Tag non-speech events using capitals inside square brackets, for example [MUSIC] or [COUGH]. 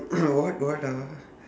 [NOISE] what what ah